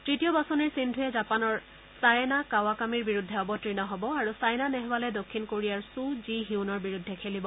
তৃতীয় বাচনিৰ সিন্ধুৱে জাপানৰ ছাএনা কাৱাকামিৰ বিৰুদ্ধে অৱতীৰ্ণ হব আৰু ছাইনা নেহৱালে দক্ষিণ কোৰিয়াৰ ছুং জি হিউনৰ বিৰুদ্ধে খেলিব